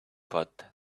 pot